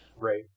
right